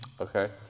Okay